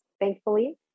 thankfully